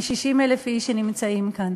מ-60,000 איש שנמצאים כאן.